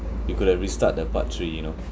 we could have restart the part three you know